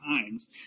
times